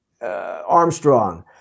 Armstrong